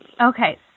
Okay